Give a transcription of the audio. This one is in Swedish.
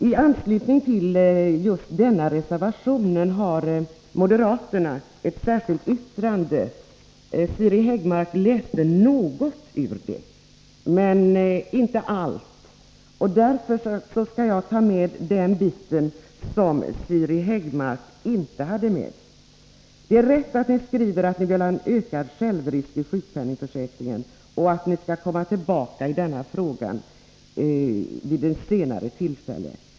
I anslutning till denna reservation har moderaterna avgivit ett särskilt yttrande. Siri Häggmark läste upp en del av det, men inte hela. Därför skall jag läsa upp den bit som Siri Häggmark inte tog med. Det är riktigt att ni skriver att ni vill ha en ökad självrisk i sjukpenningsförsäkringen och att ni skall återkomma till den saken vid ett senare tillfälle.